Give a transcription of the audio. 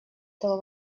этого